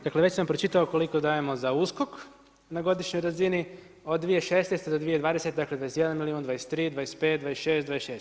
Dakle, već sam pročitao koliko dajemo za USKOK na godišnjoj razini, od 2016.-2020. dakle, 21 milijun, 23, 25, 26 ,26.